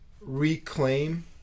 reclaim